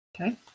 Okay